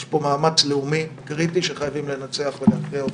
יש פה מאמץ לאומי קריטי שחייבים לנצח ולהכריע אותו.